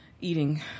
eating